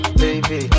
baby